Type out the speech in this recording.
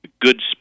good